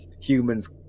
humans